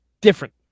different